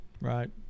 Right